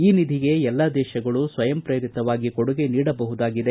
ಈ ನಿಧಿಗೆ ಎಲ್ಲ ದೇಶಗಳು ಸ್ವಯಂ ಪ್ರೇರಿತವಾಗಿ ಕೊಡುಗೆ ನೀಡಬಹುದಾಗಿದೆ